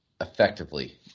effectively